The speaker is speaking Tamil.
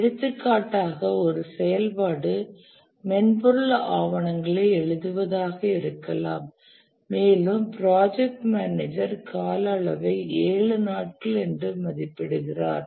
எடுத்துக்காட்டாக ஒரு செயல்பாடு 'மென்பொருள் ஆவணங்களை எழுதுவதாக' இருக்கலாம் மேலும் ப்ராஜெக்ட் மேனேஜர் கால அளவை 7 நாட்கள் என்று மதிப்பிடுகிறார்